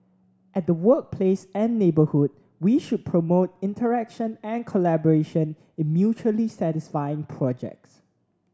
at the workplace and neighbourhood we should promote interaction and collaboration in mutually satisfying projects